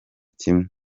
kimwe